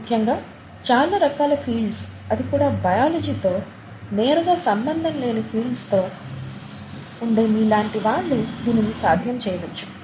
ముఖ్యంగా చాలా రకాల ఫీల్డ్స్ అది కూడా బయాలజీ తో నేరుగా సంబంధం లేని ఫీల్డ్స్ లో ఉండే మీలాటి వాళ్ళు దీనిని సాధ్యం చేయవచ్చు